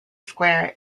square